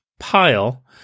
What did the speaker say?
pile